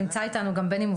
אנחנו מתקדמים.